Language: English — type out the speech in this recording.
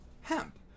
hemp